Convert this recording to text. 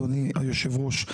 אדוני היושב ראש,